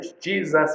Jesus